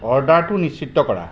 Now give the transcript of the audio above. অৰ্ডাৰটো নিশ্চিত কৰা